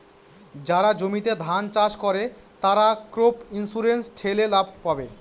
যারা জমিতে ধান চাষ করে, তারা ক্রপ ইন্সুরেন্স ঠেলে লাভ পাবে